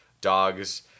dogs